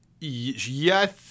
Yes